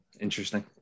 Interesting